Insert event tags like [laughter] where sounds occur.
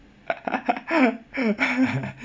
[laughs]